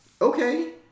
okay